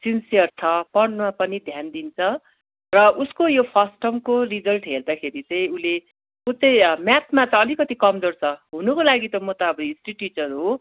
sincere छ पढ्नुमा पनि ध्यान दिन्छ र उसको यो फर्स्ट ट्रमको रिजल्ट हेर्दाखेरि चाहिँ उसले ऊ चाहिँ म्याथमा त अलिकति कमजोर छ हुनुको लागि त म त हिस्ट्री टिचर हो